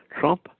Trump